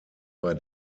bei